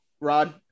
Rod